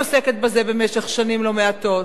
אבל גם היא עוסקת בזה במשך שנים לא מעטות.